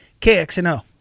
KXNO